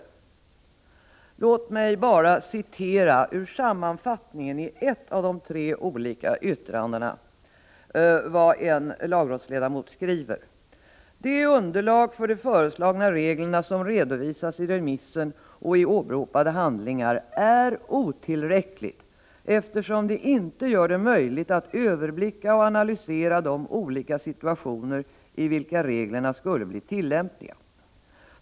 Låt mig bara citera ur sammanfattningen i ett av de tre olika yttrandena. Lagrådsledamoten skriver bl.a. att det underlag för de föreslagna reglerna som redovisas i remissen och i åberopade handlingar ”är otillräckligt eftersom det inte gör det möjligt att överblicka och analysera de olika situationer i vilka reglerna skulle bli tillämpliga.